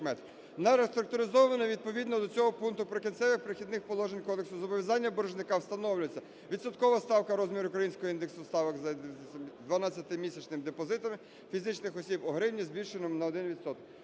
На реструктуризоване відповідно до цього пункту "Прикінцевих і перехідних положень" кодексу зобов'язання боржника встановлюється відсоткова ставка розміру українського індексу ставок за дванадцятимісячними депозитами фізичних осіб у гривні збільшеному на 1